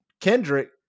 Kendrick